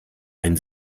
ein